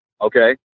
okay